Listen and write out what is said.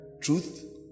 Truth